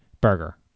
burger